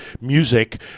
music